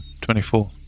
Twenty-four